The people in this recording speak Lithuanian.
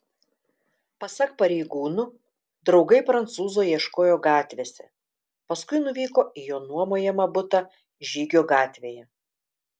pasak pareigūnų draugai prancūzo ieškojo gatvėse paskui nuvyko į jo nuomojamą butą žygio gatvėje